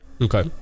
okay